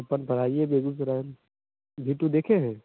paper धराइए बेगूसराय में भीटू देखे हैं